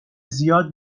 زیاد